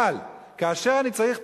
אבל כאשר אני צריך תקשורת,